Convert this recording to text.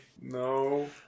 No